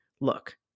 Look